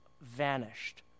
vanished